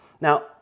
Now